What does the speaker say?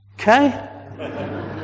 Okay